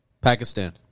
Pakistan